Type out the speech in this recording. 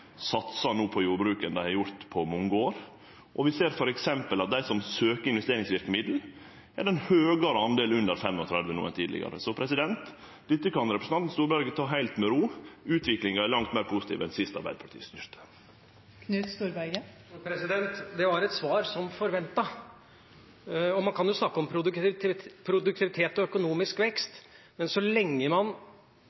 satsar no på jordbruk enn på mange år, og vi ser f.eks. at blant dei som søkjer om investeringsverkemiddel, er det ein høgare del under 35 år no enn tidlegare. Så dette kan representanten Storberget ta heilt med ro. Utviklinga er langt meir positiv enn sist Arbeidarpartiet styrte. Det var et svar som forventet. Man kan jo snakke om produktivitet og økonomisk vekst,